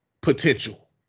potential